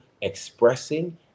expressing